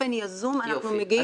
ובאופן יזום אנחנו מגיעים ל --- יופי,